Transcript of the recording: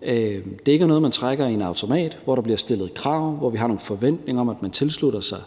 det ikke er noget, man trækker i en automat, men hvor der bliver stillet krav; hvor vi har nogle forventninger om, at man tilslutter sig